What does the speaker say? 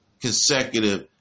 consecutive